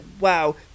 wow